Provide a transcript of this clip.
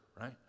right